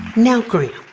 now graham,